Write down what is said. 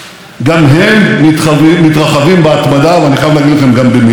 אני מאמין שבקרוב הם יתרחבו עוד יותר,